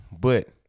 But-